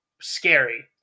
Scary